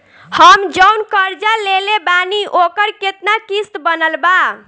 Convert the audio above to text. हम जऊन कर्जा लेले बानी ओकर केतना किश्त बनल बा?